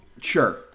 Sure